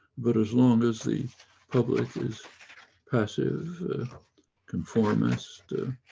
but as long as the public is passive conformance to